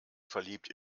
verliebt